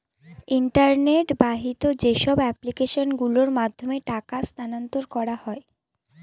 internet বাহিত যেসব application গুলোর মাধ্যমে টাকা স্থানান্তর করা হয়